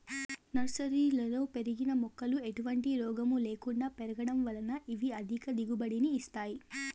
నర్సరీలలో పెరిగిన మొక్కలు ఎటువంటి రోగము లేకుండా పెరగడం వలన ఇవి అధిక దిగుబడిని ఇస్తాయి